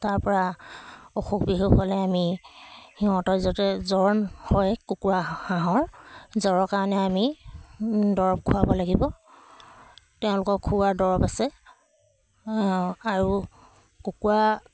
তাৰ পৰা অসুখ বিসুখ হ'লে আমি সিহঁতৰ য'তে জ্বৰ হয় কুকুৰা হাঁহৰ জ্বৰৰ কাৰণে আমি দৰৱ খুৱাব লাগিব তেওঁলোকক খুওৱা দৰৱ আছে আৰু কুকুৰা